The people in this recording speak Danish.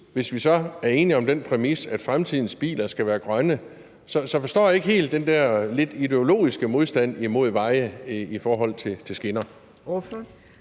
hvis vi derudover er enige om den præmis, at fremtidens biler skal være grønne, så forstår jeg ikke helt den der lidt ideologiske modstand mod veje i forhold til skinner.